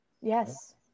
Yes